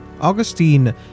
Augustine